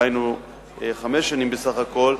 דהיינו חמש שנים בסך הכול,